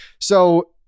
So-